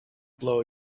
blow